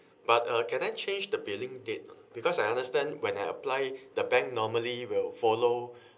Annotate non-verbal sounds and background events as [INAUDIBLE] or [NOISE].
[BREATH] but uh can I change the billing date because I understand when I apply [BREATH] the bank normally will follow [BREATH]